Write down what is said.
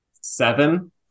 seven